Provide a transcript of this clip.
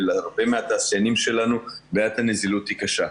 ולהרבה מהתעשיינים שלנו בעיית הנזילות היא קשה.